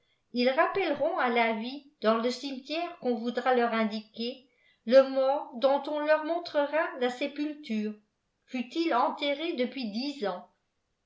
ils rappelleront à la vie dans le cimetière qu'on voudra leur indiquer le mort dont on leur montrera la sépulture fût-il enterré depuis dix ans